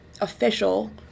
official